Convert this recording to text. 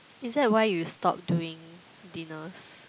is that why you stop doing dinners